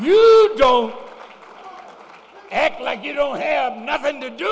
you ok act like you don't have nothing to do